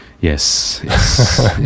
yes